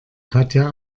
katja